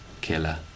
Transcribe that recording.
killer